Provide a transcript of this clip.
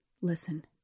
Listen